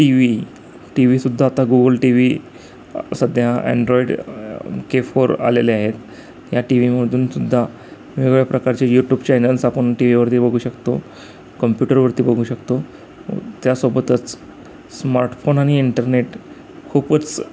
TV टीव्हीसुद्धा आता Google TV सध्या अँड्रॉईड के फोर आलेले आहेत या टीव्हीमधूनसुद्धा वेगवेगळ्या प्रकारचे यूट्यूब चॅनल्स आपण टीव्हीवरती बघू शकतो कम्प्युटरवरती बघू शकतो त्यासोबतच स्मार्ट फोन आणि इंटरनेट खूपच